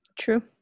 True